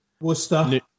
Worcester